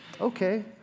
Okay